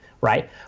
right